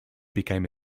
became